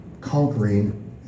conquering